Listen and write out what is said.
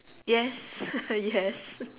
yes yes